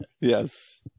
Yes